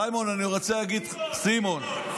סיימון, אני רוצה להגיד לך, סימון.